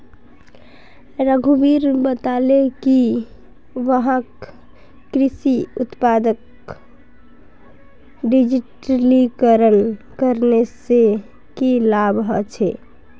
रघुवीर बताले कि वहाक कृषि उत्पादक डिजिटलीकरण करने से की लाभ ह छे